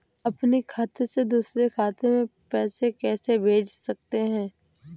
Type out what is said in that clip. अपने खाते से दूसरे खाते में पैसे कैसे भेज सकते हैं?